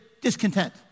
discontent